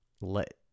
let